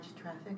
traffic